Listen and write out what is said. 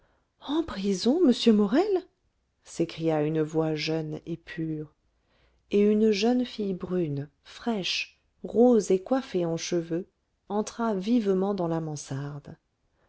en prison en prison m morel s'écria une voix jeune et pure et une jeune fille brune fraîche rose et coiffée en cheveux entra vivement dans la mansarde